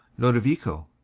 lodovico,